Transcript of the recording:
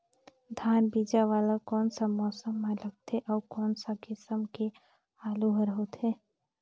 धान बीजा वाला कोन सा मौसम म लगथे अउ कोन सा किसम के आलू हर होथे?